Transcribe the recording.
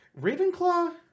Ravenclaw